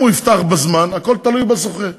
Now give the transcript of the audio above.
אם הוא יפתח בזמן, הכול תלוי בזוכה,